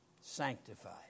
sanctified